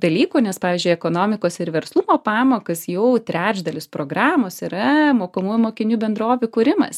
dalykų nes pavyzdžiui ekonomikos ir verslumo pamokos jau trečdalis programos yra mokomųjų mokinių bendrovių kūrimas